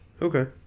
Okay